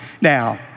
Now